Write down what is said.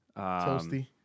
toasty